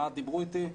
מה"ט דיברו איתי,